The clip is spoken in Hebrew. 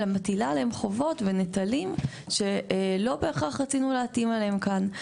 אלא מטילה עליהם חובות ונטלים שלא בהכרח רצינו להטיל עליהם כאן.